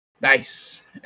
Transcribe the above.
Nice